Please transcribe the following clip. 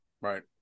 right